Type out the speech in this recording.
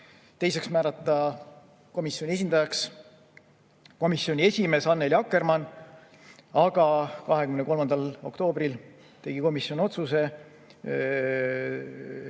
Teiseks, määrata komisjoni esindajaks komisjoni esimees Annely Akkermann, aga 23. oktoobril tegi komisjon otsuse,